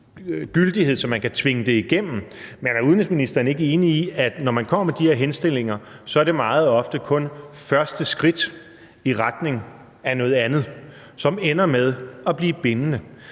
så man kan tvinge det igennem. Men er udenrigsministeren ikke enig i, at når man kommer med de her henstillinger, er det meget ofte kun første skridt i retning af noget andet, som ender med at blive bindende?